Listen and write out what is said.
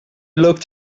looked